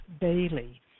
Bailey